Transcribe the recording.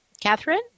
Catherine